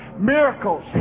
Miracles